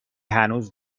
هنوز